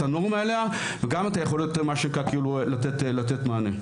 את הנורמה אליה וגם את היכולת לתת מענה.